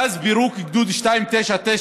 מאז פירוק גדוד 299,